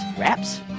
wraps